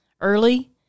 early